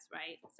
right